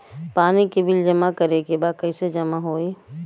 पानी के बिल जमा करे के बा कैसे जमा होई?